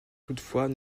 toutefois